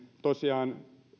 tosiaan